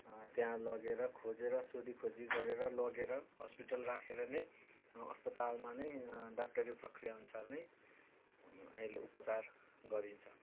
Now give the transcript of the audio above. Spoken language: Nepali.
त्यहाँ लगेर खोजेर सोधिखोजी गरेर लगेर हस्पिटल राखेर नै अस्पतालमा नै डाक्टरी प्रक्रिया अनुसार नै आहिले उपचार गरिन्छ